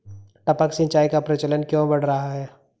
टपक सिंचाई का प्रचलन क्यों बढ़ रहा है?